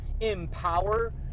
empower